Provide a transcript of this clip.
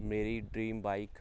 ਮੇਰੀ dream bike